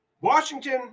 Washington